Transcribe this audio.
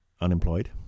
unemployed